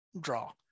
Draw